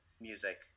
music